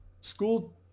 school